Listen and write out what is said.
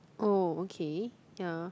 oh okay ya